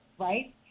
right